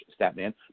statman